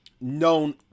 known